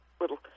little